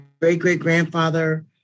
great-great-grandfather